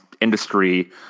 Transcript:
industry